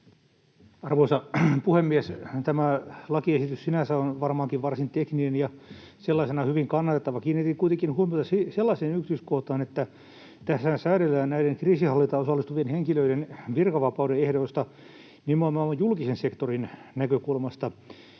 Arvoisa puhemies! Tämä lakiesitys sinänsä on varmaankin varsin tekninen ja sellaisena hyvin kannatettava. Kiinnitin kuitenkin huomiota sellaiseen yksityiskohtaan, että tässähän säädellään näiden kriisinhallintaan osallistuvien henkilöiden virkavapauden ehdoista nimenomaan julkisen sektorin näkökulmasta.